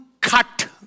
cut